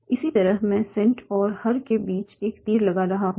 इसी तरह मैं सेंट और हर के बीच एक तीर लगा रहा हूं